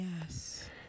Yes